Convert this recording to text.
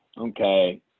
Okay